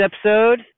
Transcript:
episode